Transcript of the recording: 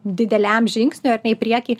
dideliam žingsniui ar ne į priekį